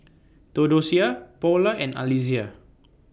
Theodocia Paula and Alysia